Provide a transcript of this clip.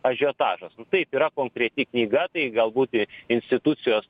ažiotažas nu taip yra konkreti knyga tai galbūt in institucijos